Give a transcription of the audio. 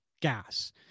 gas